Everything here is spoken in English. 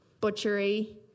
butchery